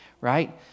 right